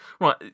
Right